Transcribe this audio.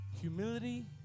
Humility